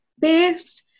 based